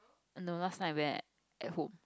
I know last night where at home